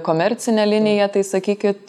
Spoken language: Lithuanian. komercinė linija tai sakykit